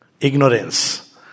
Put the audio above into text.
ignorance